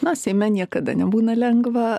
na seime niekada nebūna lengva